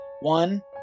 One